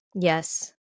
Yes